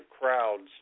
crowds